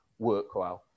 WorkWell